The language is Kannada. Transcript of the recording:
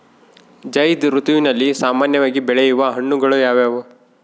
ಝೈಧ್ ಋತುವಿನಲ್ಲಿ ಸಾಮಾನ್ಯವಾಗಿ ಬೆಳೆಯುವ ಹಣ್ಣುಗಳು ಯಾವುವು?